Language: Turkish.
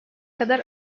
kadar